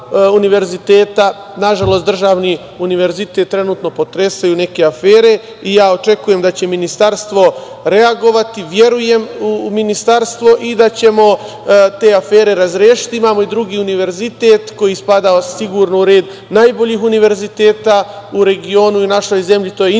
Nažalost, državni univerzitet trenutno potresaju neke afere i ja očekujem da će ministarstvo reagovati, verujem u ministarstvo i očekujem da ćemo te afere razrešiti. Imamo i drugi univerzitet, koji spada sigurno u red najboljih univerziteta u regionu i u našoj zemlji, to je Internacionalni